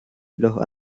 los